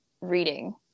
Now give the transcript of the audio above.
reading